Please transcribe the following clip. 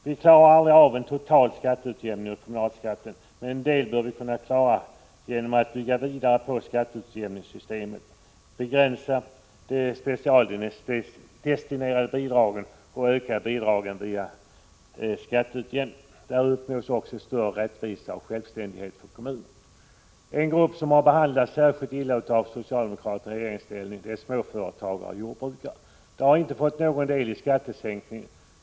Vi klarar aldrig av en total utjämning av kommunalskatten, men en del bör vi kunna klara genom att bygga vidare på skatteutjämningssystemet, begränsa de specialdestinerade bidragen och öka bidragen via skatteutjämning. Därmed uppnås också större rättvisa och självständighet för kommunerna. En grupp som har behandlats särskilt illa av socialdemokraterna i regeringsställning är småföretagare och jordbrukare. De har inte fått del av skattesänkningen.